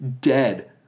dead